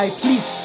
please